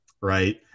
Right